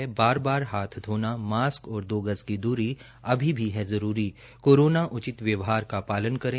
बार बार हाथ धोना मास्क और दो गज की दूरी अभी भी है जरूरी कोरोना उचित व्यवहार का पालन करे